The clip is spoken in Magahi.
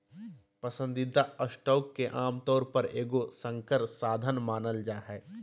पसंदीदा स्टॉक के आमतौर पर एगो संकर साधन मानल जा हइ